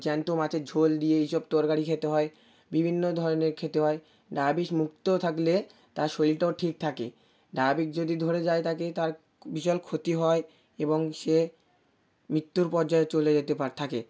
জ্যান্ত মাছের ঝোল দিয়ে এই সব তরকারি খেতে হয় বিভিন্ন ধরনের খেতে হয় ডায়বেটিসমুক্ত থাকলে তার শরীরটাও ঠিক থাকে ডায়বেটিক যদি ধরে যায় তাকে তার ভীষণ ক্ষতি হয় এবং সে মৃত্যুর পর্যায়ে চলে যেতে পারে থাকে